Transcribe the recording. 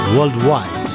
Worldwide